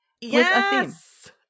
Yes